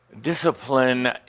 Discipline